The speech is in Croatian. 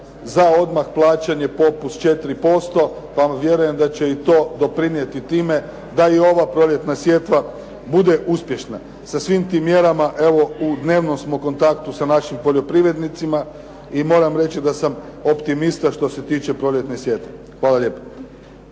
za odmah plaćanje popust 4%, pa vjerujem da će i to doprinijeti time da i ova proljetna sjetva bude uspješna. Sa svim tim mjerama, evo u dnevnom smo kontaktu sa našim poljoprivrednicima i moram reći da sam optimista što se tiče proljetne sjetve. Hvala lijepa.